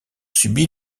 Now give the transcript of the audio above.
subi